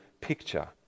picture